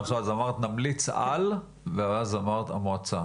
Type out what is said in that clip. אמרת 'נמליץ על' ואז אמרת 'המועצה'.